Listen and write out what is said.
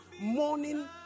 morning